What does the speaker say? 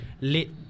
late